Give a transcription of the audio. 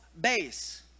base